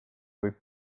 võib